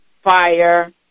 fire